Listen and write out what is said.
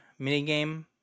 minigame